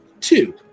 Two